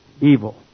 evil